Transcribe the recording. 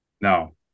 No